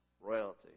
Royalty